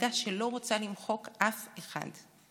הנהגה שלא רוצה למחוק אף אחד.